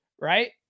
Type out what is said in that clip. Right